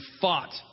fought